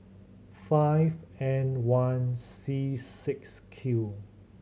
five N one C six Q